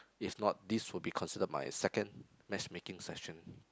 if not this will be considered my second matchmaking session